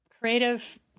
creative